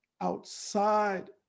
outside